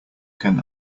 can